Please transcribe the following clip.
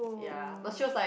ya no she was like